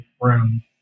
room